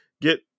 get